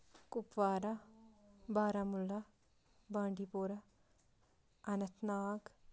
Kupwara Baramulla Bandipora Anant Nag